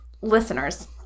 listeners